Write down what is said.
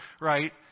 right